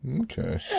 Okay